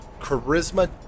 charisma